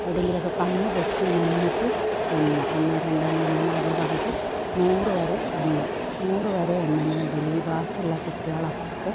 എവിടെയെങ്കിലൊക്കെ കണ്ണു പൊത്തി നിന്നിട്ട് എണ്ണുക ഒന്ന് രണ്ട് മൂന്ന് നാല് പറഞ്ഞിട്ട് നൂറു വരെ എണ്ണുക നൂറു വരെ എണ്ണനേനിടയിൽ ഈ ബാക്കിയുള്ള കുട്ടികളൊക്കെ